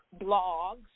blogs